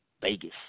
Vegas